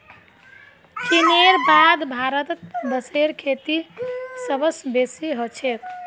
चीनेर बाद भारतत बांसेर खेती सबस बेसी ह छेक